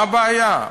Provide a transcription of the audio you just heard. מה הבעיה?